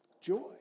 joy